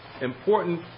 important